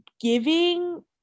giving